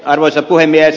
arvoisa puhemies